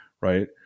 Right